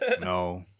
no